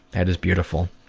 that is beautiful.